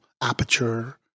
aperture